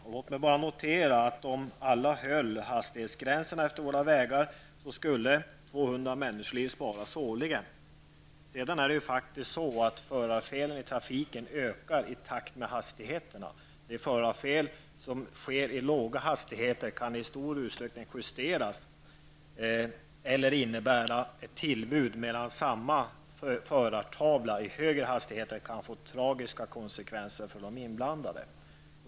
Låt mig först notera att om alla höll hastighetsgränserna efter våra vägar skulle 200 människoliv sparas årligen. Sedan är det ju faktiskt så att förarfelen i trafiken ökar i takt med hastigheterna. De förarfel som sker i låga hastigheter kan i stor utsträckning justeras eller innebär bara ett tillbud, medan samma förartavla i högre hastigheter kan få tragiska konsekvenser för de inblandade.